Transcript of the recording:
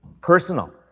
Personal